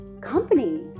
company